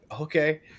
okay